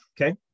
Okay